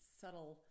subtle